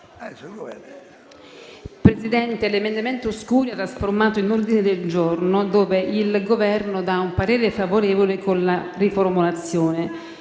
Presidente, sull'emendamento Scurria, trasformato in ordine del giorno, il Governo dà un parere favorevole, previa riformulazione